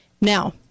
Now